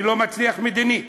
אני לא מצליח מדינית,